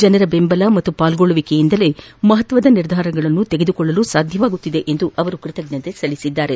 ಜನರ ದೆಂಬಲ ಮತ್ತು ಪಾಲ್ಗೊಳ್ಳುವಿಕೆಯಿಂದಲೇ ಮಹತ್ವದ ನಿರ್ಧಾರಗಳನ್ನು ತೆಗೆದುಕೊಳ್ಳಲು ಸಾಧ್ಯವಾಗಿದೆ ಎಂದು ಕೃತಜ್ಞತೆ ಸಲ್ಲಿಸಿದ್ದಾರೆ